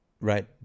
Right